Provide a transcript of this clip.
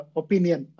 opinion